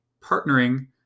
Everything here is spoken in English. partnering